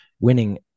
Winning –